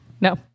No